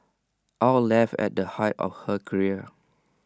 aw left at the height of her career